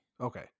Okay